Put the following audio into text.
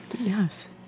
Yes